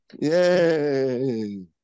Yay